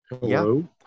Hello